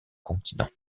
continent